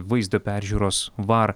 vaizdo peržiūros var